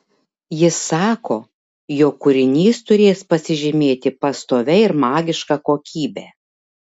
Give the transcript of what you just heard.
jis sako jog kūrinys turės pasižymėti pastovia ir magiška kokybe